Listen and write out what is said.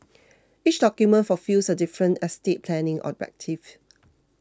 each document fulfils a different estate planning objective